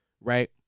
right